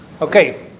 Okay